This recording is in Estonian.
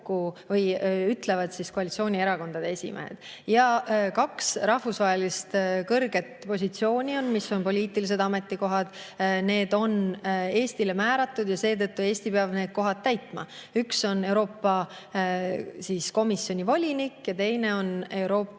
ütlevad koalitsioonierakondade esimehed. On kaks rahvusvahelist kõrget positsiooni, mis on poliitilised ametikohad. Need on Eestile määratud ja seetõttu peab Eesti need kohad täitma. Üks on Euroopa Komisjoni volinik ja teine on Euroopa